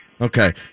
Okay